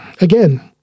Again